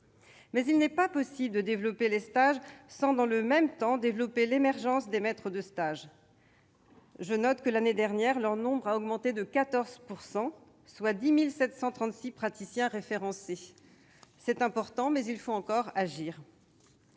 Mais il n'est pas possible de développer les stages sans, dans le même temps, développer l'émergence des maîtres de stage. L'année dernière, leur nombre a augmenté de 14 %, soit 10 736 praticiens référencés. C'est important, mais il nous faut aller